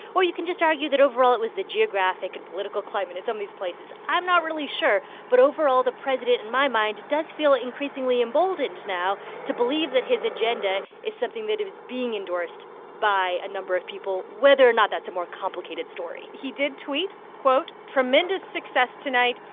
or you can just argue that, overall, it was the geographic and political climate in some of these places. i'm not really sure. but overall, the president, in my mind, does feel increasingly emboldened now to believe that his agenda is something that is being endorsed by a number of people, whether or not that's a more complicated story he did tweet, quote, tremendous success tonight.